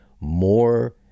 more